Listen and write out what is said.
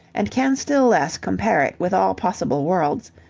and can still less compare it with all possible worlds,